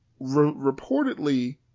reportedly